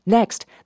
Next